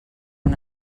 una